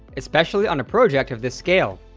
especially on a project of this scale.